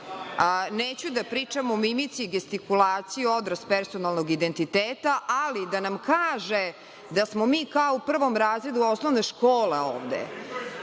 ovde. Neću da pričam o mimici i gestikulaciji, odraz personalnog identiteta, ali da nam kaže da smo mi kao u prvom razredu osnovne škole ovde?